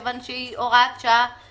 כי היא מאוחרת,